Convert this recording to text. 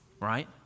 right